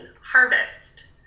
Harvest